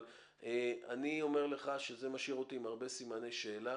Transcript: אבל אני אומר לך שזה משאיר אותי עם הרבה סימני שאלה